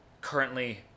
currently